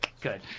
Good